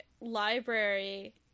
library